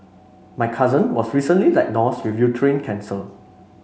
my cousin was recently diagnosed with uterine cancer